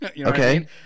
Okay